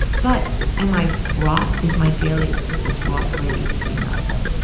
but am i fraught? is my daily existence fraught the way it used to be? not at all,